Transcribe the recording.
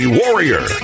warrior